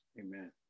Amen